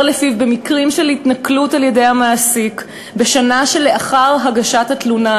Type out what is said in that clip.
שלפיו במקרים של התנכלות על-ידי המעסיק בשנה שלאחר הגשת התלונה,